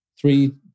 three